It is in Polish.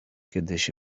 kiedyś